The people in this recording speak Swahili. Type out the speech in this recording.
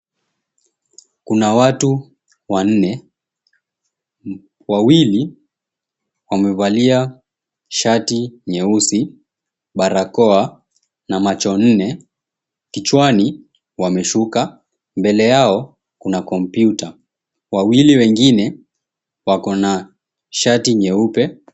Kuna watu wanne. Wawili wamevalia shati nyeusi, barakoa, na machonne. Kichwani wameshuka, mbele yao kuna kompyuta. Wawili wengine wakona shati nyeupe...